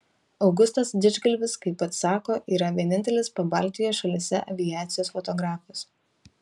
augustas didžgalvis kaip pats sako yra vienintelis pabaltijo šalyse aviacijos fotografas